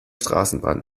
straßenbahn